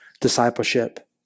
discipleship